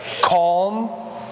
calm